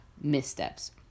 missteps